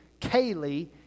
Kaylee